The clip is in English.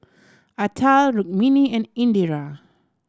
Atal Rukmini and Indira